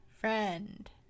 friend